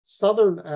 southern